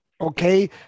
okay